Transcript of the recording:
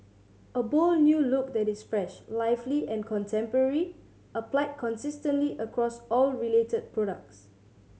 a bold new look that is fresh lively and contemporary applied consistently across all related products